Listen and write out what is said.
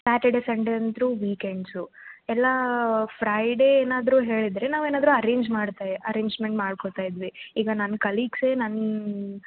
Saturday Sunday ಅಂತೂ weekends ಎಲ್ಲ Friday ಏನಾದರು ಹೇಳಿದ್ದರೆ ನಾವು ಏನಾದರು ಅರೇಂಜ್ ಮಾಡಿದೆ ಅರೇಂಜ್ಮೆಂಟ್ ಮಾಡಿಕೊಳ್ತ ಇದ್ವಿ ಈಗ ನನ್ನ ಕಲೀಗ್ಸೆ ನನ್ನ